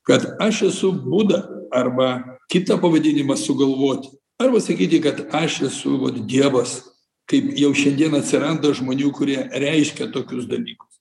kad aš esu buda arba kitą pavadinimą sugalvoti arba sakyti kad aš esu vat dievas kaip jau šiandien atsiranda žmonių kurie reiškia tokius dalykus